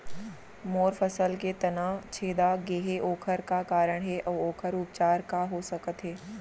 मोर फसल के तना छेदा गेहे ओखर का कारण हे अऊ ओखर उपचार का हो सकत हे?